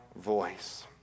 voice